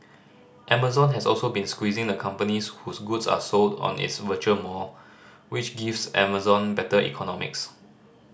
Amazon has also been squeezing the companies whose goods are sold on its virtual mall which gives Amazon better economics